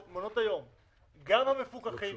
גם המפוקחים,